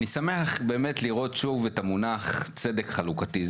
אני שמח לראות שוב את המונח צדק חלוקתי.